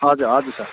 हजुर हजुर सर